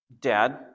dad